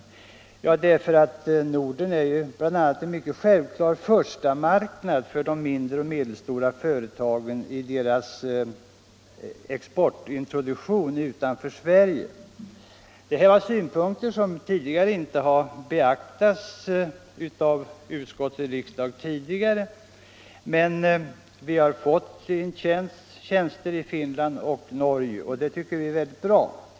Jo, bl.a. därför att Norden är en ganska självklar första marknad för de mindre och medelstora företagen i deras exports introduktion utanför Sverige. Det var synpunkter som tidigare inte beaktats av utskott och riksdag, men vi har nu fått tjänster i Finland och Norge. Det tycker vi är bra.